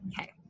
okay